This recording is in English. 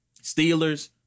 Steelers